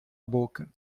boca